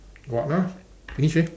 got ah finish eh